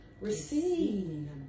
receive